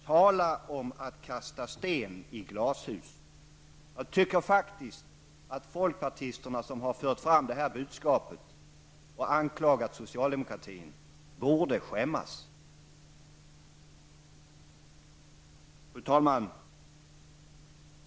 Tala om att kasta sten i glashus! Jag tycker att folkpartisterna, som har fört fram detta budskap och anklagat socialdemokratin, borde skämmas. Fru talman!